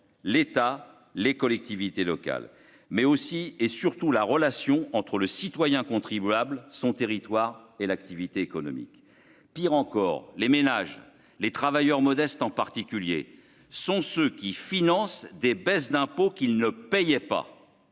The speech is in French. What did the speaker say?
l'État, les collectivités locales, mais aussi et surtout la relation entre le citoyen contribuable son territoire et l'activité économique, pire encore, les ménages, les travailleurs modestes en particulier, sont ceux qui financent des baisses d'impôts qui ne payaient pas